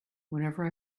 whenever